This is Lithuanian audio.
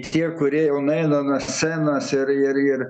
tie kurie jau nueina nuo scenos ir ir ir